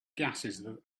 gases